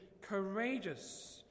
courageous